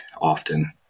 often